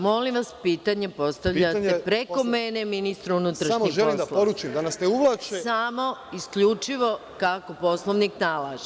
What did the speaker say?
Molim vas, pitanje postavljate preko mene ministru unutrašnjih poslova, samo isključivo kako Poslovnik nalaže.